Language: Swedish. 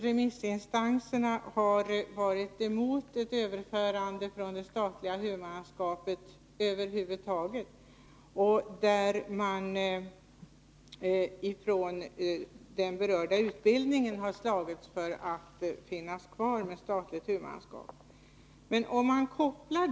Remissinstanserna har varit emot ett överförande från statligt huvudmannaskap, och från den berörda utbildningen har man slagits för att få finnas kvar under statligt huvudmannaskap.